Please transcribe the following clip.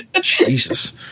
Jesus